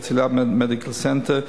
"הרצלייה מדיקל סנטר",